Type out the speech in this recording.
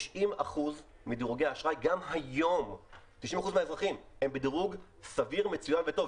90% מהאזרחים גם ה יום הם בדירוג סביר מצוין וטוב.